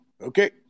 okay